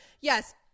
yes